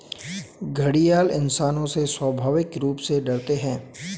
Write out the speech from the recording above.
घड़ियाल इंसानों से स्वाभाविक रूप से डरते है